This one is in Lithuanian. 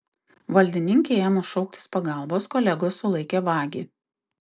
valdininkei ėmus šauktis pagalbos kolegos sulaikė vagį